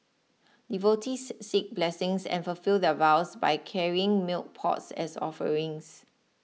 devotees seek blessings and fulfil their vows by carrying milk pots as offerings